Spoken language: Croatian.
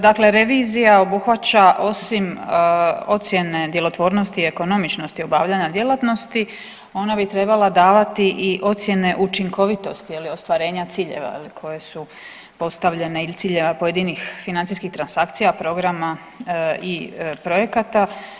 Dakle, revizija obuhvaća osim ocjene djelotvornosti i ekonomičnosti obavljanja djelatnosti ona bi trebala davati i ocjene učinkovitosti ostvarenja ciljeva koja su postavljena ili ciljeva pojedinih financijskih transakcija, programa i projekata.